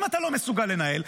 אם אתה לא מסוגל לנהל,